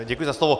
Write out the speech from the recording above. Děkuji za slovo.